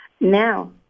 Now